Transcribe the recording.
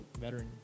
veteran